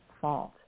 fault